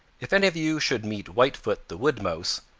if any of you should meet whitefoot the wood mouse,